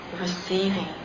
receiving